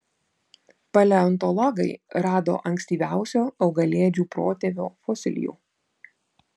paleontologai rado ankstyviausio augalėdžių protėvio fosilijų